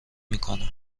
میکنم